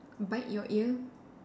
bite your ear